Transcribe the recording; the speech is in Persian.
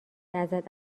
ازت